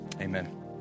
Amen